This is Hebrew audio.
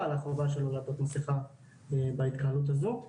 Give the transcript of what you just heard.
על החובה שלו לעטות מסכה בהתקהלות הזו.